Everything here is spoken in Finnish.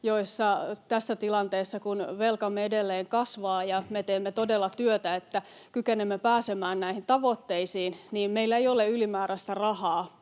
Tässä tilanteessa, kun velkamme edelleen kasvaa ja me teemme todella työtä, että kykenemme pääsemään näihin tavoitteisiin, meillä ei ole ylimääräistä rahaa